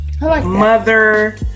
Mother